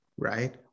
right